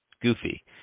goofy